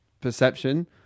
perception